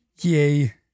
Yay